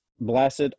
blessed